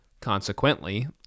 Consequently